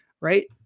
right